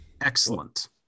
Excellent